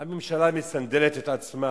הממשלה מסנדלת את עצמה.